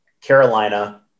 Carolina